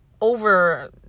over